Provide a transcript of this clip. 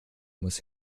muss